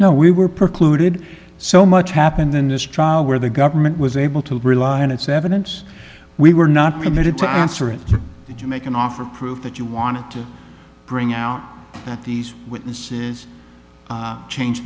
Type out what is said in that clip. know we were precluded so much happened in this trial where the government was able to rely on its evidence we were not permitted to answer it if you make an offer prove that you wanted to bring out that these witnesses change